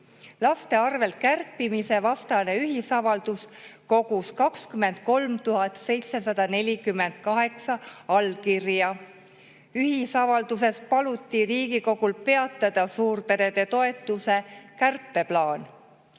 Laste arvelt kärpimise vastane ühisavaldus kogus 23 748 allkirja. Ühisavalduses paluti Riigikogul peatada suurperede toetuse kärpe plaan,